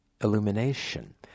illumination